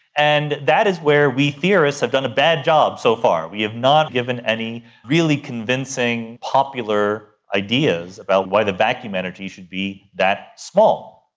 and that is where we theorists have done a bad job so far, we have not given any really convincing popular ideas about why the vacuum energy should be that small.